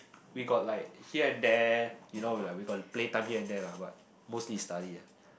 we got like here and there you know we like we got play time at there lah but mostly is study ah